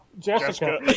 Jessica